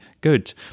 good